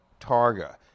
Targa